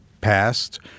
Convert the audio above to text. passed